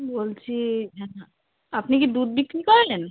বলছি যে আপনি কি দুধ বিক্রি করেন